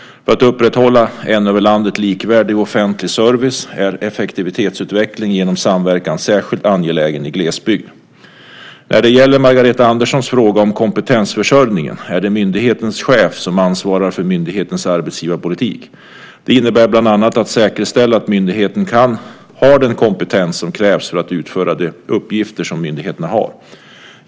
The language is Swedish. För att upprätthålla en över landet likvärdig offentlig service är effektivitetsutveckling genom samverkan särskilt angelägen i glesbygd. När det gäller Margareta Anderssons fråga om kompetensförsörjningen är det myndighetens chef som ansvarar för myndighetens arbetsgivarpolitik. Det innebär bland annat att säkerställa att myndigheten har den kompetens som krävs för att utföra de uppgifter som myndigheten har.